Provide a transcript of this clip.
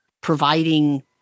providing